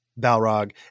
Balrog